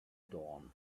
dawn